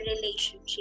relationship